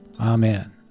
Amen